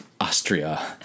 Austria